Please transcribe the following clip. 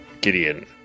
Gideon